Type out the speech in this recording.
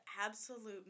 absolute